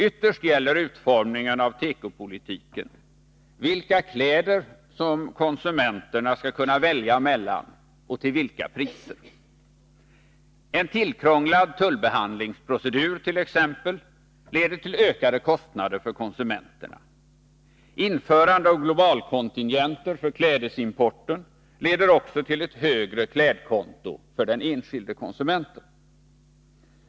Ytterst gäller utformningen av tekopolitiken vilka kläder som konsumenterna skall kunna välja mellan och vilka priser som skall gälla. En tillkrånglad tullbehandlingsprocedur leder till ökade kostnader för konsumenterna. Införande av globalkontingenter för klädesimporten leder också till ett högre klädkonto för den enskilde konsumenten.